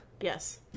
yes